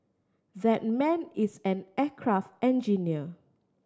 that man is an aircraft engineer